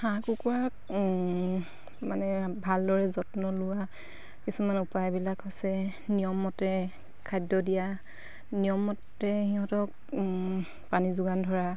হাঁহ কুকুৰা মানে ভালদৰে যত্ন লোৱাৰ কিছুমান উপায়বিলাক হৈছে নিয়মমতে খাদ্য দিয়া নিয়মমতে সিহঁতক পানী যোগান ধৰা